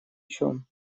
чем